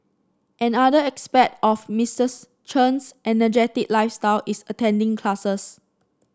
another aspect of Mistress Chen's energetic lifestyle is attending classes